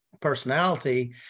personality